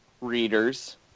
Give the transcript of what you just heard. readers